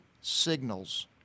signals